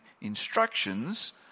instructions